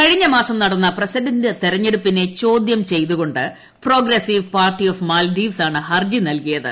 കഴിഞ്ഞ മാസം നടന്ന പ്രസിഡന്റ് തെരഞ്ഞെടുപ്പിനെ ചോദ്യം ചെയ്തുകൊണ്ട് പ്രോഗ്രസീവ് പാർട്ടി ഓഫ് മാൽദ്വീപ്സാണ് ഹർജി നൽകിയത്